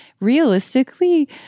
realistically